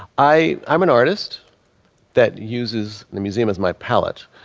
i. i'm an artist that uses the museum as my palette.